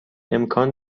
امکان